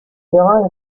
terrain